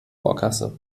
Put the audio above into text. vorkasse